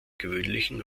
gewöhnlichen